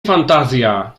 fantazja